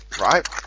right